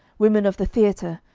women of the theatre,